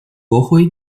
国徽